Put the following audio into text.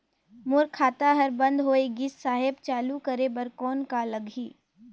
मोर खाता हर बंद होय गिस साहेब चालू करे बार कौन का लगही?